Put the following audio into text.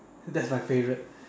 that's my favourite